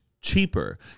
cheaper